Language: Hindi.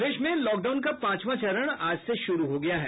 प्रदेश में लॉकडाउन का पांचवा चरण आज से शुरू हो गया है